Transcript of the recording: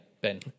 Ben